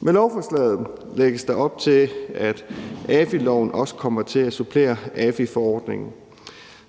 Med lovforslaget lægges der op til, at AFI-loven også kommer til at supplere AFI-forordningen.